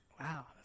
Wow